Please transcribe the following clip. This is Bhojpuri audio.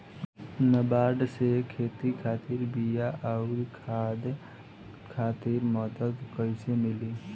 नाबार्ड से खेती खातिर बीया आउर खाद खातिर मदद कइसे मिली?